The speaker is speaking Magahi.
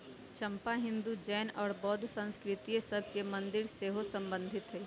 चंपा हिंदू, जैन और बौद्ध संस्कृतिय सभ के मंदिर से सेहो सम्बन्धित हइ